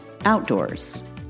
outdoors